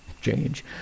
change